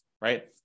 right